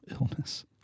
illness